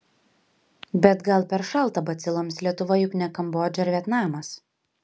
bet gal per šalta baciloms lietuva juk ne kambodža ar vietnamas